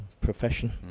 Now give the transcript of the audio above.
Profession